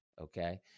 Okay